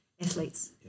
athletes